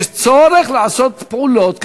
יש צורך לעשות פעולות,